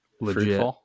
legit